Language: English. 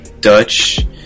Dutch